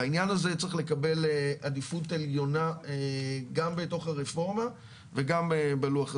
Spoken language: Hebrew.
והעניין הזה צריך לקבל עדיפות עליונה גם בתוך הרפורמה וגם בלוח הזמנים.